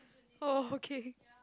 oh okay